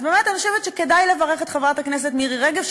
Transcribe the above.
אז אני חושבת שכדאי לברך את חברת הכנסת מירי רגב,